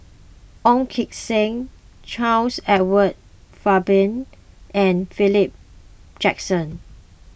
Ong Keng Sen Charles Edward Faber and Philip Jackson